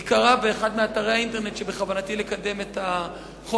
היא קראה באחד מאתרי האינטרנט שבכוונתי לקדם את החוק